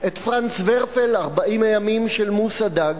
את פרנץ ורפל, "ארבעים הימים של מוסא דאג",